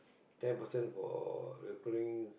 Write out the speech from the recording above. ten percent for referring